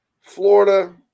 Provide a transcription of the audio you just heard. Florida